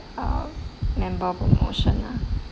uh member promotion ah